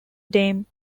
dame